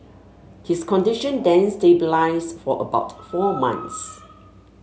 his condition then stabilised for about four months